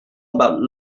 about